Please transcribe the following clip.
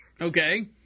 Okay